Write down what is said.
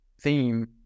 theme